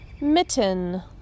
Mitten